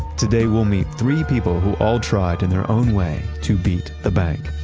today, we'll meet three people who all tried in their own way to beat the bank.